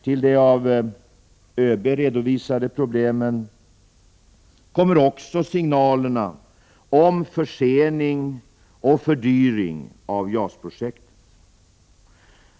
Till de av ÖB redovisade problemen kommer också signalerna om försening och fördyring av JAS-projektet.